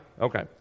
Okay